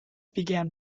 began